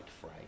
fray